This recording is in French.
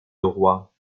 norrois